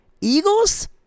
Eagles